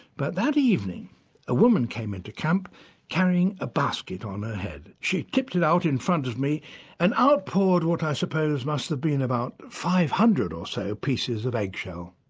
but that evening a woman came into camp carrying a basket on her head. she tipped it out in front of me and out poured what i suppose must have been about five hundred or so pieces of eggshell.